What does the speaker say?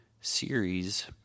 series